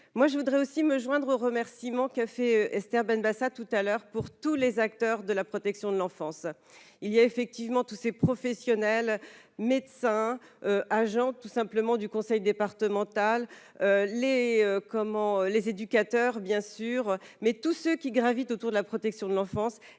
moi je voudrais aussi me joindre remerciements qu'a fait Esther Benbassa tout à l'heure pour tous les acteurs de la protection de l'enfance, il y a effectivement tous ces professionnels médecins agents tout simplement du conseil départemental, les, comment les éducateurs, bien sûr, mais tout ce qui gravite autour de la protection de l'enfance,